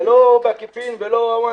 זה לא בעקיפין, זה לא אוונטות.